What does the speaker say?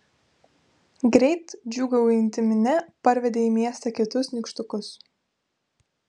greit džiūgaujanti minia parvedė į miestą kitus nykštukus